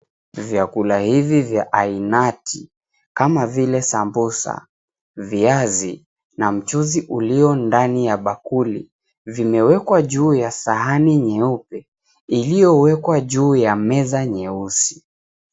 Vyakula hivi vya ainati kama vile samosa, viazi na mchuzi uliyo ndani ya bakuli vimewekwa juu ya sahani nyeupe iliyowekwa juu ya meza nyeusi.